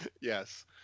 Yes